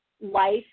life